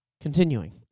Continuing